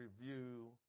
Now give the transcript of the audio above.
review